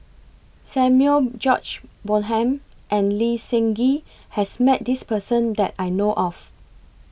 Samuel George Bonham and Lee Seng Gee has Met This Person that I know of